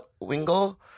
Wingo